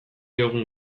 diogun